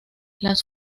las